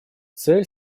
цель